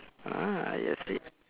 ah you see